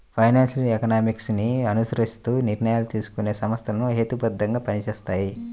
financial economics ని అనుసరిస్తూ నిర్ణయాలు తీసుకునే సంస్థలు హేతుబద్ధంగా పనిచేస్తాయి